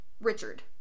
Richard